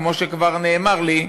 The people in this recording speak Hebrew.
כמו שכבר נאמר לי,